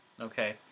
okay